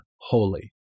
holy